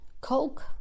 Coke